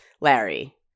Larry